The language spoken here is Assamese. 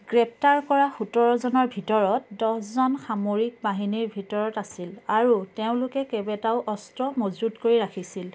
গ্ৰেপ্তাৰ কৰা সোতৰজনৰ ভিতৰত দহ জন সামৰিক বাহিনীৰ ভিতৰত আছিল আৰু তেওঁলোকে কেইবেটাও অস্ত্ৰ মজুত কৰি ৰাখিছিল